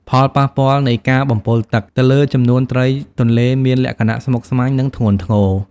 ផលប៉ះពាល់នៃការបំពុលទឹកទៅលើចំនួនត្រីទន្លេមានលក្ខណៈស្មុគស្មាញ និងធ្ងន់ធ្ងរ។